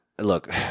look